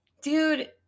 Dude